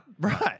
Right